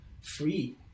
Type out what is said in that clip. free